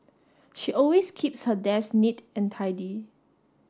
she always keeps her desk neat and tidy